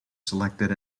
selected